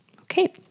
Okay